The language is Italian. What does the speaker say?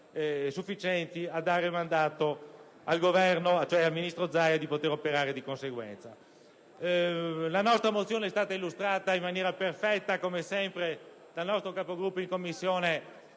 sufficienti a dare mandato al ministro Zaia per poter operare di conseguenza. La nostra mozione è stata illustrata in maniera perfetta, come sempre, dal nostro capogruppo in Commissione,